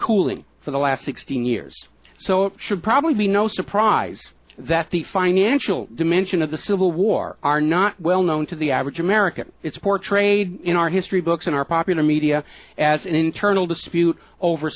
cooling for the last sixteen years so it should probably be no surprise that the financial dimension of the civil war are not well known to the average american it's portrayed in our history books in our popular media as an internal dispute over